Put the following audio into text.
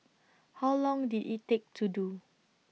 how long did IT take to do